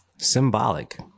symbolic